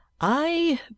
I